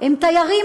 הם תיירים,